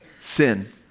sin